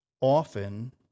Often